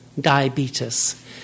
diabetes